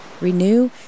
renew